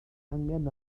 angen